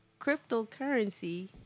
cryptocurrency